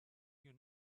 you